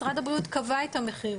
משרד הבריאות קבע את המחיר.